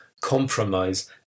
compromise